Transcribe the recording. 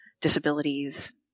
disabilities